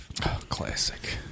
Classic